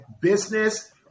business